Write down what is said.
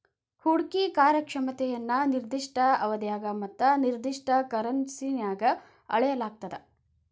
ಹೂಡ್ಕಿ ಕಾರ್ಯಕ್ಷಮತೆಯನ್ನ ನಿರ್ದಿಷ್ಟ ಅವಧ್ಯಾಗ ಮತ್ತ ನಿರ್ದಿಷ್ಟ ಕರೆನ್ಸಿನ್ಯಾಗ್ ಅಳೆಯಲಾಗ್ತದ